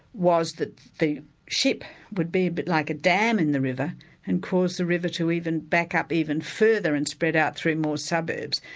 was that the ship would be a bit like a dam in the river and cause the river to even back up even further and spread out through more suburbs,